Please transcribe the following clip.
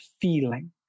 feeling